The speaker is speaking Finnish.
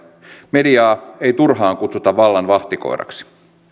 mediaa ei turhaan kutsuta vallan vahtikoiraksi